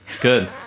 Good